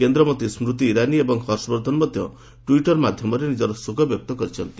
କେନ୍ଦ୍ରମନ୍ତ୍ରୀ ସ୍କତି ଇରାନୀ ଏବଂ ହର୍ଷବର୍ଦ୍ଧନ ମଧ୍ୟ ଟ୍ୱିଟର୍ ମାଧ୍ୟମରେ ନିଜର ଶୋକ ବ୍ୟକ୍ତ କରିଛନ୍ତି